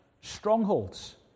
strongholds